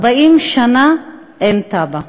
40 שנה אין תב"ע,